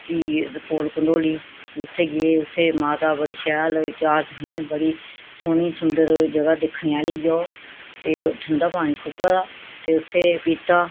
फ्ही कोल कंडोली उत्थें गे उत्थें माता बड़ी शैल केह् आखदे इयां बड़ी सौह्नी सुंदर जगह् दिक्खने आह्ली ओह् ते ठंडा पानी खूहै दा ते उत्थें पीता